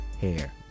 hair